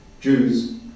Jews